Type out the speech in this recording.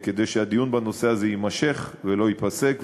כדי שהדיון בנושא הזה יימשך ולא ייפסק,